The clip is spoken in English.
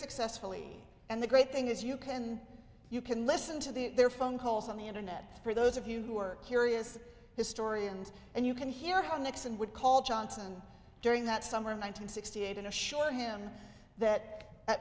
successfully and the great thing is you can then you can listen to the their phone calls on the internet for those of you who are curious historians and you can hear how nixon would call johnson during that summer of one nine hundred sixty eight and assure him that